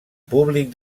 públic